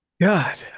God